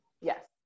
Yes